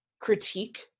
critique